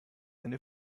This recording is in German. eine